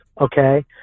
okay